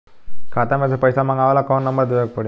खाता मे से पईसा मँगवावे ला कौन नंबर देवे के पड़ी?